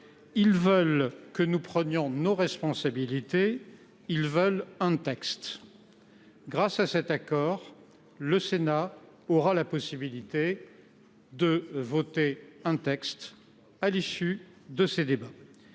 ci veulent que nous prenions nos responsabilités : ils veulent un texte. Grâce à cet accord, le Sénat aura la possibilité de voter un texte à l’issue de nos débats.